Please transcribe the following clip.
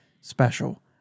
special